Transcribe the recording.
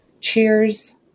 Cheers